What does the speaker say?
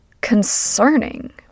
concerning